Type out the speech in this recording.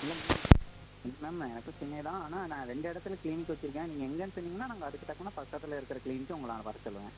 இல்லை மேம் இல்லை மேம் எனக்கும் சென்னை தான் ஆனால் நான் ரெண்டு இடத்துல கிளினிக் வச்சுருக்கேன் நீங்கள் எங்கேன்னு சொன்னிங்கன்னா நாங்கள் அதுக்கு தகுந்த பக்கத்தில் இருக்கிற கிளினிக்கு உங்களை நான் வர சொல்வேன்